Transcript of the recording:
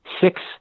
six